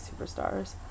superstars